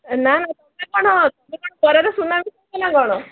ଏ ନା ତମେ କ'ଣ ତମେ କ'ଣ ବରାରେ ସୁନା ମିଶଉଛ ନା କ'ଣ